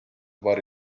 paari